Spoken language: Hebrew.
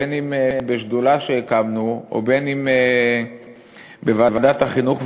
בין אם בשדולה שהקמנו ובין אם בוועדת החינוך והתרבות,